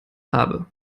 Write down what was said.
habe